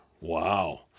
Wow